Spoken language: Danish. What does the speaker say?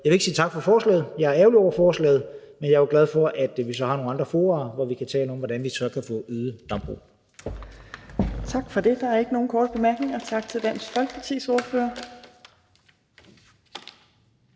jeg vil ikke sige tak for forslaget, jeg er ærgerlig over forslaget, men jeg er glad for, at vi har nogle andre fora, hvor vi kan tale om, hvordan vi så kan få øget dambrug. Kl. 17:29 Fjerde næstformand (Trine Torp): Tak for det. Der er ikke nogen korte bemærkninger. Tak til Dansk Folkepartis ordfører.